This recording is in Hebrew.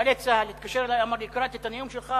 "גלי צה"ל" הוא התקשר אלי ואמר לי: קראתי את הנאום שלך,